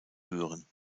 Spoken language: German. führen